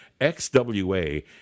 XWA